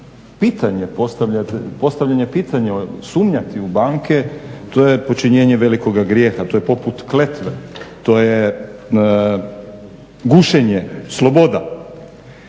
postavljanje pitanja, sumnjati u banke to je počinjenje velikoga grijeha? To je poput kletve, to je gušenje sloboda.